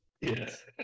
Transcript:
Yes